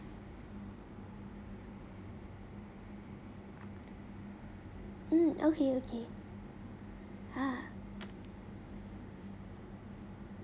mm okay okay ah